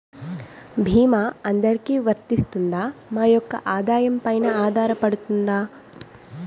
భీమా అందరికీ వరిస్తుందా? మా యెక్క ఆదాయం పెన ఆధారపడుతుందా?